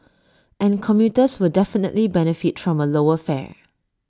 and commuters will definitely benefit from A lower fare